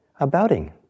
abouting